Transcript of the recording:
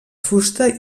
fusta